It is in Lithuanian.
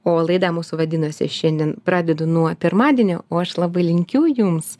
o laida mūsų vadinosi šiandien pradedu nuo pirmadienio o aš labai linkiu jums